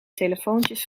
telefoontjes